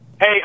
Hey